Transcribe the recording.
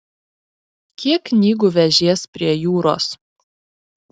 kiek knygų vežies prie jūros